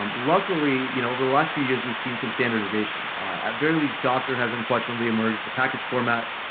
um luckily, you know over the last few years we've seen some standardization. at very least, docker has unquestionably emerged the packed format.